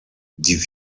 die